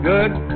good